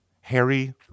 Harry